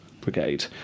brigade